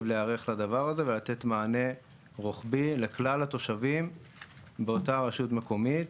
להיערך לדבר הזה ולתת מענה רוחבי לכלל התושבים באותה רשות מקומית.